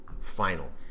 final